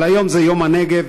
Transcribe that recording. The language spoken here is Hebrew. אבל היום זה יום הנגב,